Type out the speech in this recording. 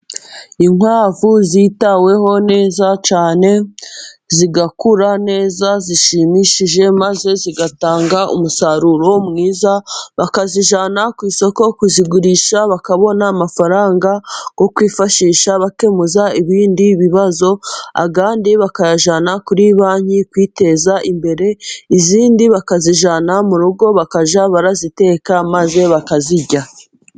Inkwavu zitaweho neza cyane, zigakura neza zishimishije, maze zigatanga umusaruro mwiza, bakazijyana ku isoko kuzigurisha, bakabona amafaranga yokukwifashisha bakemura ibindi bibazo, ayandi bakayajyana kuri banki kwiteza imbere, izindi bakazijyana mu rugo bakajya baziteka maze bakazirya.